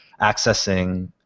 accessing